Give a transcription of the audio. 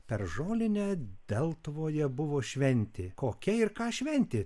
per žolinę deltuvoje buvo šventė kokia ir ką šventė